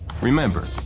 Remember